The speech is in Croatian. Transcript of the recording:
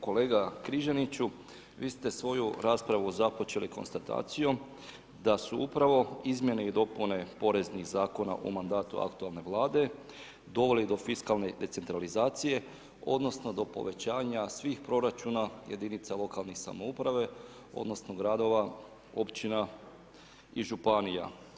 Kolega Križaniću, vi ste svoju raspravu započeli konstatacijom, da su upravo izmjene i dopune poreznih zakona o mandatu aktualne vlade, doveli do fiskalne decentralizacije, odnosno do povećanja svih proračuna jedinice lokalne samouprave, odnosno, gradova, općina i županija.